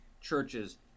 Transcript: churches